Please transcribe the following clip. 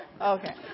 Okay